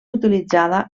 utilitzada